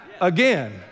again